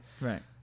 Right